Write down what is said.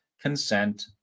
consent